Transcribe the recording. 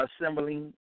assembling